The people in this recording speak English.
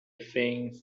things